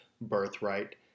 birthright